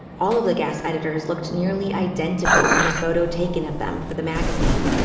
all of the gas editors looked nearly identical in a photo taken of them for the magazine.